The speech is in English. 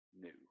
new